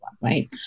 right